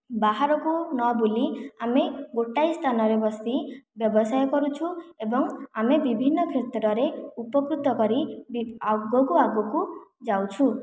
ବାହାରକୁ ନ ବୁଲି ଆମେ ଗୋଟିଏ ସ୍ଥାନରେ ବସି ବ୍ୟବସାୟ କରୁଛୁ ଏବଂ ଆମେ ବିଭିନ୍ନ କ୍ଷେତ୍ରରେ ଉପକୃତ କରି ଆଗକୁ ଆଗକୁ ଯାଉଛୁ